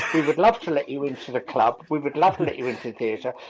we would love to let you into the club, we would love to let you into the theatre,